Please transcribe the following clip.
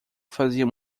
fazia